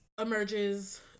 emerges